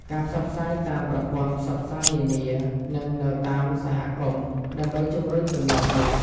ការផ្សព្វផ្សាយតាមប្រព័ន្ធផ្សព្វផ្សាយនានា និងនៅតាមសហគមន៍ ដើម្បីជំរុញទម្លាប់នេះ។